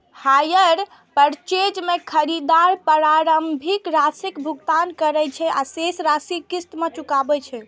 hire purchase मे खरीदार प्रारंभिक राशिक भुगतान करै छै आ शेष राशि किस्त मे चुकाबै छै